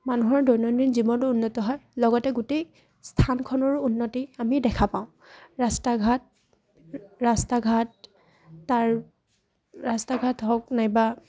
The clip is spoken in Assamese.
মানুহৰ দৈনন্দিন জীৱনটো উন্নত হয় লগতে গোটেই স্থানখনৰো উন্নতি আমি দেখা পাওঁ ৰাস্তা ঘাট ৰাস্তা ঘাট তাৰ ৰাস্তা ঘাট হওক নাইবা